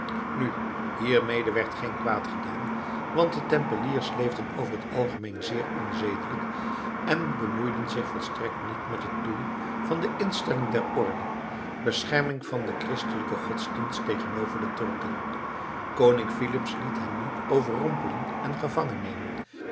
nu hiermede werd geen kwaad gedaan want de tempeliers leefden over het algemeen zeer onzedelijk en bemoeiden zich volstrekt niet met het doel van de instelling der orde bescherming van den christelijken godsdienst tegenover de turken koning filips liet hen nu overrompelen en gevangen nemen